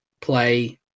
play